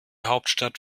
hauptstadt